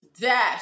Dash